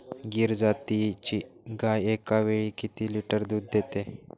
गीर जातीची गाय एकावेळी किती लिटर दूध देते?